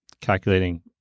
calculating